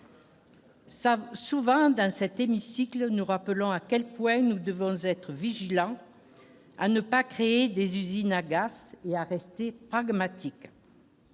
souvent dans cet hémicycle, nous rappelant à quel point nous devons être vigilants à ne pas créer des usines agace et à rester pragmatique.